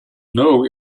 know